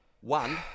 One